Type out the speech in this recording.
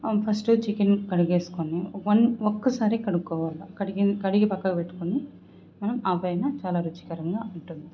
first chicken కడిగేసుకొని one ఒక్కసారే కడుక్కోవాల కడిగి కడిగి పక్కకు పెట్టుకోని మనం ఆ పైన చాలా రుచికరంగా ఉంటుంది